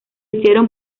hicieron